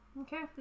Okay